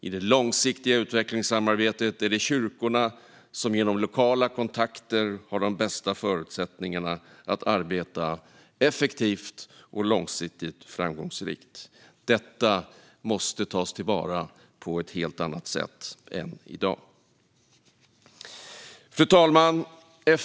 I det långsiktiga utvecklingssamarbetet är det kyrkorna som genom lokala kontakter har de bästa förutsättningarna att arbeta effektivt och långsiktigt framgångsrikt. Detta måste tas till vara på ett helt annat sätt än i dag. Fru talman!